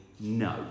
no